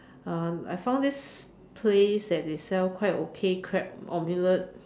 uh I found this place that they sell quite okay crab omelette